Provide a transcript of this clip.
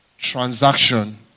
transaction